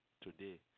today